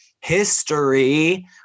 history